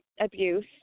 abuse